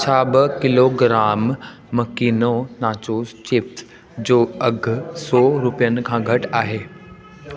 छा ॿ किलोग्राम मकीनो नाचो चिप्स जो अघ सौ रुपियनि खां घटि आहे